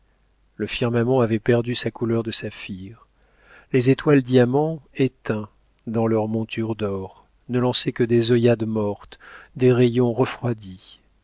le firmament avait perdu sa couleur de saphir les étoiles diamants éteints dans leur monture d'or ne lançaient que des œillades mortes des rayons refroidis